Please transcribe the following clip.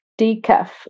Decaf